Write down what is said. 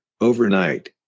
overnight